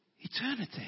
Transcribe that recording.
eternity